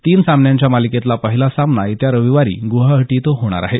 तीन सामन्यांच्या मालिकेतला पहिला सामना येत्या रविवार ग्रवाहाटी इथं होणार आहे